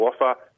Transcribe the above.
offer